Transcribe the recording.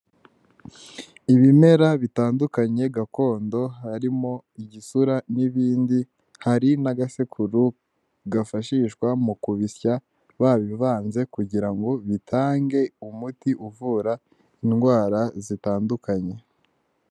Ibimera bitandukanye gakondo harimo igisura n'ibindi hari n'agasekuru gafashishwa mu kubisya babivanze kugira ngo bitange umuti uvura indwara zitandukanye.